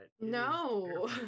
no